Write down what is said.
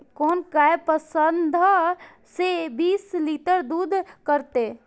कोन गाय पंद्रह से बीस लीटर दूध करते?